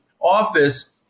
office